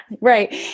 right